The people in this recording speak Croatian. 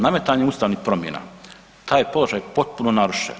Nametanjem ustavnih promjena taj je položaj potpuno narušen.